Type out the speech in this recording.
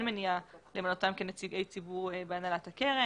מניעה למנותם כנציגי ציבור בהנהלת הקרן.